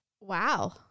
Wow